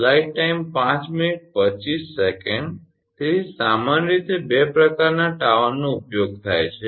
તેથી સામાન્ય રીતે બે પ્રકારના ટાવરનો ઉપયોગ થાય છે